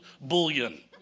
bullion